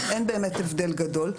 אין באמת הבדל גדול,